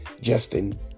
Justin